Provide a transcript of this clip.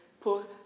Pour